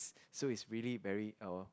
so is really very